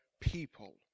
people